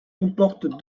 comporte